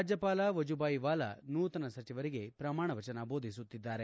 ರಾಜ್ಞಪಾಲ ವಜೂಬಾಯಿ ವಾಲಾ ನೂತನ ಸಚಿವರಿಗೆ ಶ್ರಮಾಣ ವಚನ ದೋಧಿಸುತ್ತಿದ್ದಾರೆ